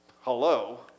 Hello